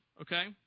okay